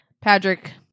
patrick